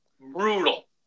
Brutal